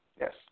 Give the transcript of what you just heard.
Yes